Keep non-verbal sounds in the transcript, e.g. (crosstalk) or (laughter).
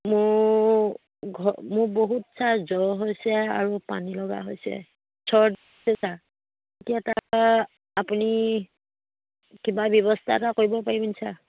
মোৰ ঘৰ মোৰ বহুত ছাৰ জ্বৰ হৈছে আৰু পানী লগা হৈছে চৰ্দি কাহ (unintelligible) তাৰপৰা আপুনি কিবা ব্যৱস্থা এটা কৰিব পাৰিবনি ছাৰ